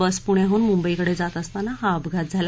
बस पुण्याहून मुंबई कडे जात असताना हा अपघात झाला